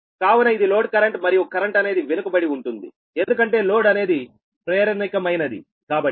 కావున ఇది load current మరియు కరెంట్ అనేది వెనుకబడి ఉంటుంది ఎందుకంటే లోడ్ అనేది ప్రేరణికమయినది కాబట్టి